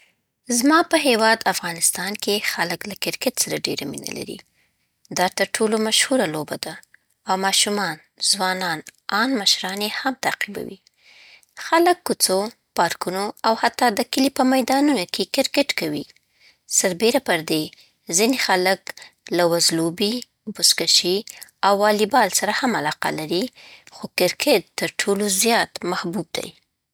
زما په هیواد افغانستان کې خلک له کرکټ سره ډېره مینه لري. دا تر ټولو مشهوره لوبه ده، او ماشومان، ځوانان، آن مشران یې هم تعقیبوي. خلک کوڅو، پارکونو او حتی د کلي په میدانونو کې کرکټ کوي. سربېره پر دې، ځینې خلک له وزلوبې، بُزکشي او والیبال سره هم علاقه لري، خو کرکټ تر ټولو زیات محبوب دی.